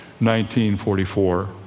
1944